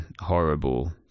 horrible